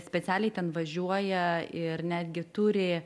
specialiai ten važiuoja ir netgi turi